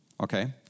okay